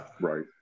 right